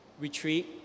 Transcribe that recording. retreat